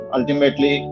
Ultimately